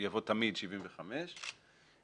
יבוא תמיד 75 ימים.